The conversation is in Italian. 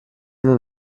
non